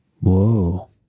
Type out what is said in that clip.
Whoa